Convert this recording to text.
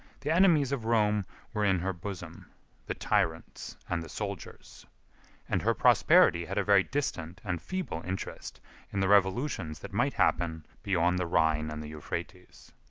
the enemies of rome were in her bosom the tyrants and the soldiers and her prosperity had a very distant and feeble interest in the revolutions that might happen beyond the rhine and the euphrates.